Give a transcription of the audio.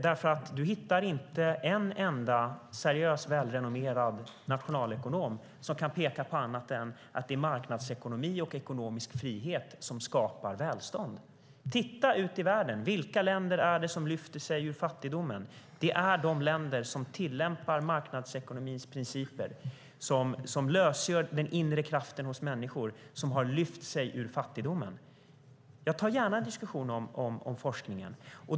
Du hittar inte en enda seriös, välrenommerad nationalekonom som kan peka på annat än att det är marknadsekonomi och ekonomisk frihet som skapar välstånd. Titta ut i världen! Vilka länder är det som lyfter sig ur fattigdomen? Det är de länder som tillämpar marknadsekonomins principer och lösgör den inre kraften hos människor som har lyft sig ur fattigdomen. Jag tar gärna en diskussion om forskningen.